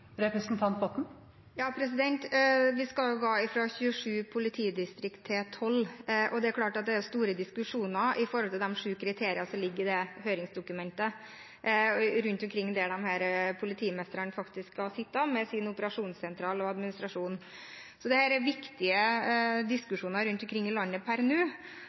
Vi skal gå fra 27 politidistrikt til 12. Det er klart det er store diskusjoner rundt omkring når det gjelder de sju kriteriene som ligger i høringsdokumentet om hvor politimesterne faktisk skal sitte med sine operasjonssentraler og administrasjon. Dette er viktige diskusjoner rundt omkring i landet per nå.